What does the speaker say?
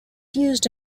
used